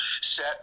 set